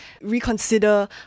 reconsider